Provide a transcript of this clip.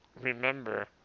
remember